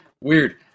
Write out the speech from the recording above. weird